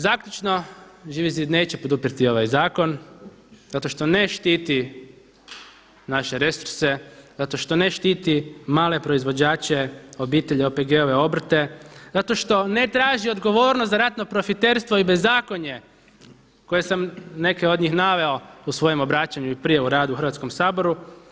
Zaključno, Živi zid neće poduprijeti ovaj zakon zato što ne štiti naše resurse, zato što ne štiti male proizvođače obitelji, OPG-ove obrte, zato što ne traži odgovornost za ratno profiterstvo i bezakonje koje sam neke od njih naveo u svojem obraćanju i prije u radu u Hrvatskom saboru.